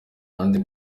ahandi